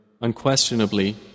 Unquestionably